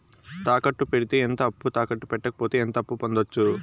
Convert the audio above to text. తాకట్టు పెడితే ఎంత అప్పు, తాకట్టు పెట్టకపోతే ఎంత అప్పు పొందొచ్చు?